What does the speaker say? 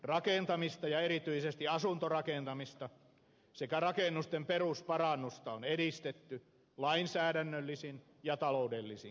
rakentamista ja erityisesti asuntorakentamista sekä rakennusten perusparannusta on edistetty lainsäädännöllisin ja taloudellisin kannustein